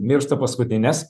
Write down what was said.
miršta paskutinės